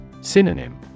Synonym